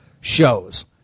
shows